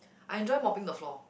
I enjoy mopping the floor